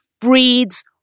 breeds